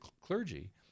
clergy